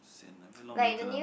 sian ah very long never kena